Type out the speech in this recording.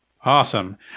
Awesome